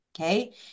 okay